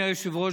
אדוני היושב-ראש,